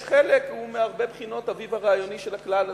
יש חלק הוא מהרבה בחינות אביו הרעיוני של הכלל הזה.